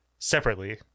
separately